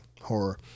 horror